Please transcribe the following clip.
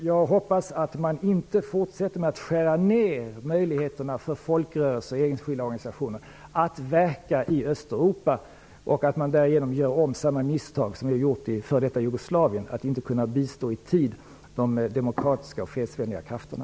Jag hoppas att man inte fortsätter med att skära ner möjligheterna för folkrörelser och enskilda organisationer att verka i Östeuropa och därigenom gör om samma misstag som man gjort i f.d. Jugoslavien -- att inte i tid kunna bistå de demokratiska och fredsvänliga krafterna.